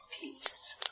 PEACE